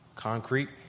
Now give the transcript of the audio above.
Concrete